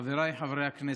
חבריי חברי הכנסת,